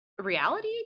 reality